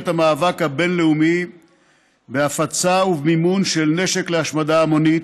המאבק הבין-לאומי בהפצה ובמימון של נשק להשמדה המונית.